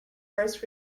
first